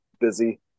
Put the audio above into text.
busy